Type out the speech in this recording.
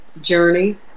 journey